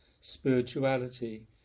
Spirituality